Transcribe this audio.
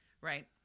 Right